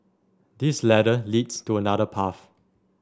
this ladder leads to another path